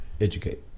Educate